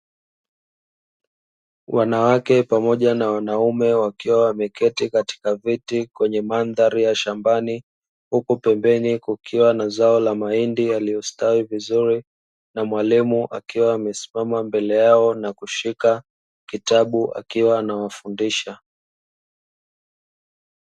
Wanawake na wanaume wakiwa wameketi katika viti, kwenye mandhari ya shambani huku kukiwa na zao la mahindi yaliyostawi vizuri na mwalimu akiwa amesimama mbele yao na kushika kitabu akiwa anawafundisha.